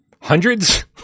Hundreds